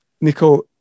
Nicole